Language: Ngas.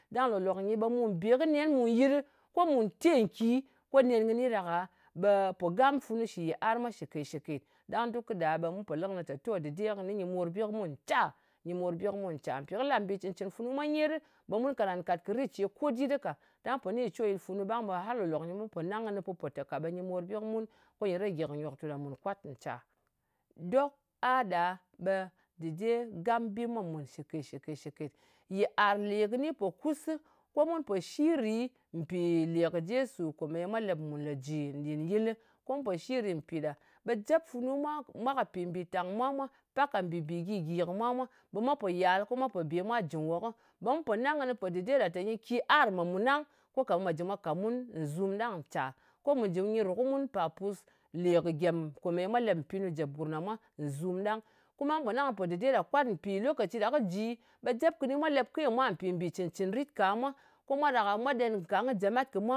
Ɗang lòlok nyi ɓe mu bē kɨ nen mu yɨt ɗɨ, ko mù te nki. Ko nen kɨni ɗaka ɓe pò gam funu shli yiar mwa shɨkèt-shɨkèt. Ɗang duk kɨ ɗa ɓe mu pò lɨ kɨnɨ tè dɨde kɨni nyi morbi kɨ mun ncya? Nyɨ mòrbi kɨ mun ncya. Mpi kɨ la mbì cɨn-cɨn funu mwa nyet ɗɨ ɓe mun karan kat kɨ rit ce ko dit ka. Ɗang pò ni kɨ coryɨt funu ɓang ɓe hàr lòk-lok nyɨ, ɓe mu pò nang kɨnɨ ka pò tè nyɨ morbi kɨ mun, ko nyɨ rage kɨ nyòktu ɗa mùn ncya? Dok a ɗa ɓe dɨde gam bi mwa mùn shɨkèt-shɨkèt. Yiàr lè kɨni pò kusi, ko mu pò shiri mpì lè kɨ jesu kòmèye mwa lep mùn le jɨ nɗin yɨlɨ, ko mu pò shiri mpì ɗa. Ɓe jep funu mwa ka mpì mbìtàng kɨ mwa mwā. Pak ka pì mbì gyi-gyi kɨ mwa mwā. Mwa pò yàl ko mwa bè mwa jli nwokɨ. Ɓe mu pò nang kɨnɨ pò dɨde ɗa, tè nyi ki ar mwà mùn ɗang. Ko ka ɓe mwa jɨ mwa ka mun zum ɗang ncya. Ko mù jɨ nyɨ jɨ nyɨ rù kɨ mun par pus lè kɨ gyem kome mwa lep mpinu jèp gùrm ɗa mwa zum ɗang. Kuma mun pò nang kɨnɨ pò dɨde ɗa kwat, mpì lokaci ɗa kɨ ji, ɓe jep kɨni mwa lep ke kɨ mwa nɗin mbì cɨn-cɨn ritka mwa. Ko mwa ɗaka ɓe mwa ɗen nkang kɨ jemat kɨ mwa mwȁ.